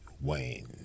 Wayne